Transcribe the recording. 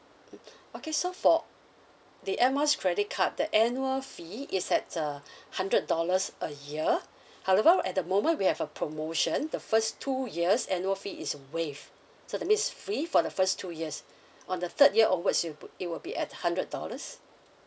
okay so for the Air Miles credit card the annual fee is at err hundred dollars a year however at the moment we have a promotion the first two years annual fee is waived so that means free for the first two years on the third year onwards you pu~ it will be at hundred dollars